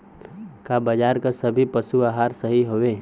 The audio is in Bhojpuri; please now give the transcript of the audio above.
का बाजार क सभी पशु आहार सही हवें?